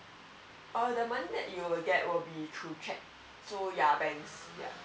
oh the money that you will get will be through check so yeah banks yeah